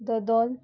दोदोल